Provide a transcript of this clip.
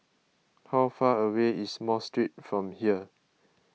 how far away is Mosque Street from here